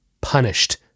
punished